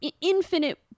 infinite